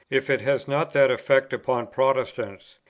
if it has not that effect upon protestants?